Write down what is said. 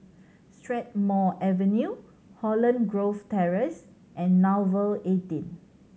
Strathmore Avenue Holland Grove Terrace and Nouvel eighteen